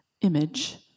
image